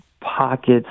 pockets